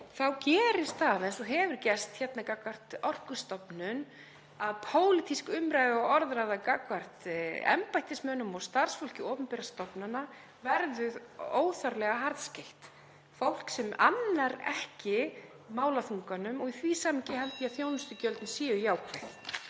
þá gerist það eins og hefur gerst hérna gagnvart Orkustofnun, að pólitísk umræða, orðræða gagnvart embættismönnum og starfsfólki opinberra stofnana verður óþarflega harðskeytt, fólki sem annar ekki málaþunganum. Í því samhengi held ég að þjónustugjöldin séu jákvæð.